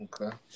Okay